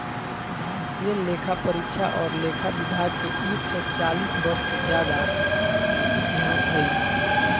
भारतीय लेखापरीक्षा और लेखा विभाग के एक सौ चालीस वर्ष से ज्यादा के इतिहास हइ